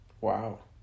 Wow